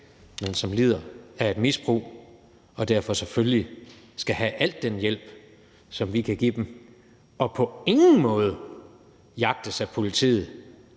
men som lider af et misbrug og derfor selvfølgelig skal have al den hjælp, som vi kan give dem, og på ingen måde skal jagtes af politiet